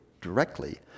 directly